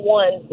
one